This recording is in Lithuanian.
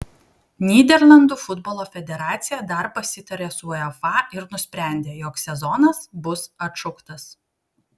nyderlandų futbolo federacija dar pasitarė su uefa ir nusprendė jog sezonas bus atšauktas